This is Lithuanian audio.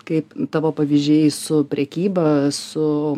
kaip tavo pavyzdžiai su prekyba su